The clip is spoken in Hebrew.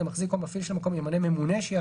המחזיק או המפעיל של המקום ימנה ממונה שיהיה